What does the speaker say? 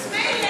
תגידי,